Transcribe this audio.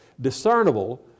discernible